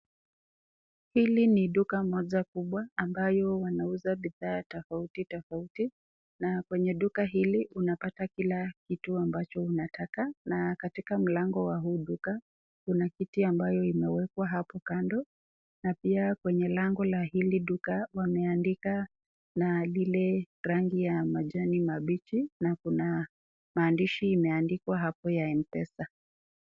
Hili ni duka moja kubwa ambayo wanauza bidhaa tofauti na kwenye duka hili, unapata kila kitu ambacho unataka na katika mlango wa huu duka kuna kiti ambayo iimewekwa hapo kando na pia kwenye lango la hili duka wameandika na lile rangi ya majani mabichi na kuna maandishi imeandikwa hapo ya m-pesa.